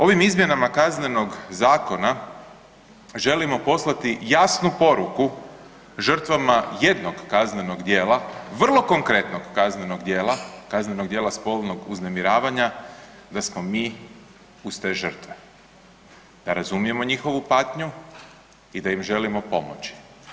Ovim izmjenama Kaznenog zakona želimo poslati jasnu poruku žrtvama jednog kaznenog djela, vrlo konkretnog kaznenog djela, kaznenog djela spolnog uznemiravanja da smo mi uz te žrtve, da razumijemo njihovu patnju i da im želimo pomoći.